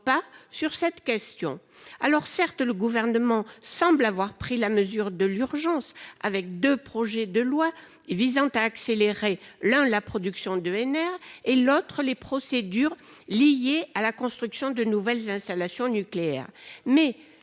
pas sur cette question. Alors certes, le gouvernement semble avoir pris la mesure de l'urgence avec 2 projets de loi visant à accélérer l'un la production. Et l'autre les procédures liées à la construction de nouvelles installations nucléaires, mais